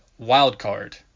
Wildcard